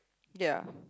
ya